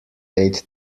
aid